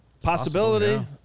Possibility